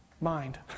Mind